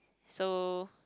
so